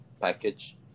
package